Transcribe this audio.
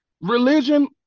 Religion